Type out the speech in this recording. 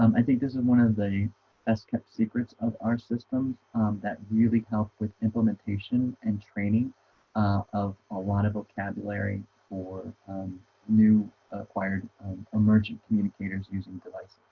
um i think this is one of the best-kept secrets of our systems that really helped with implementation and training of a lot of vocabulary for new acquired emergent communicators using like